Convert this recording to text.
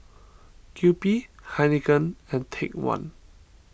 Kewpie Heinekein and Take one